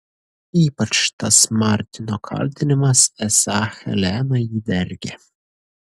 ypač tas martino kaltinimas esą helena jį dergia